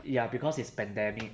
ya because it's pandemic